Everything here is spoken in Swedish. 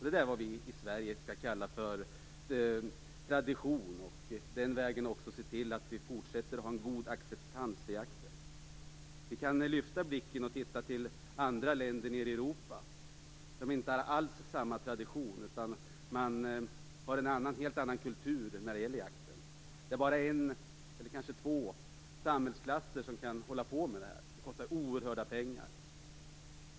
Det är vad vi i Sverige skall kalla för en tradition och den vägen se till att vi fortsätter att ha en god acceptans för jakten. Vi kan lyfta blicken och titta hur det är i andra länder i Europa. De har inte alls samma tradition, utan man har en helt annan kultur när det gäller jakten. Det är bara en eller kanske två samhällsklasser som kan hålla på med den. Det kostar oerhörda pengar.